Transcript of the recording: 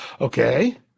Okay